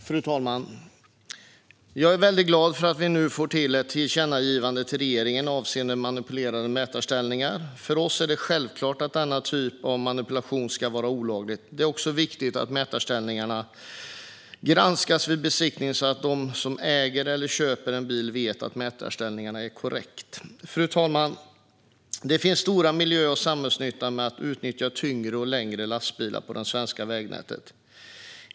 Fru talman! Jag är väldigt glad för att vi nu får till ett tillkännagivande till regeringen avseende manipulerade mätarställningar. För oss är det självklart att denna typ av manipulation ska vara olaglig. Det är också viktigt att mätarställningen granskas vid besiktningen så att den som äger eller köper en bil vet att mätarställningen är korrekt. Fru talman! Det finns stor miljö och samhällsnytta i att utnyttja tyngre och längre lastbilar på det svenska vägnätet.